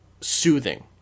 soothing